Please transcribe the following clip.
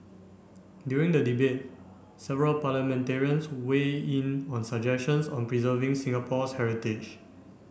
during the debate several parliamentarians weighed in on suggestions on preserving Singapore's heritage